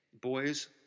boys